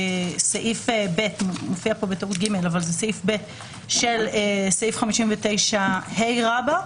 כסעיף ב' של סעיף 59ה רבא.